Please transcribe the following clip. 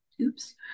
Oops